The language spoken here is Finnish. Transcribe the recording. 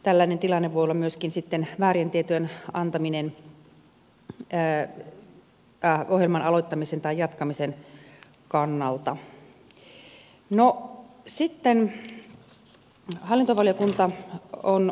tällainen tilanne voi olla myöskin väärien tietojen antaminen ohjelman aloittamisen tai jatkamisen kannalta